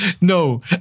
No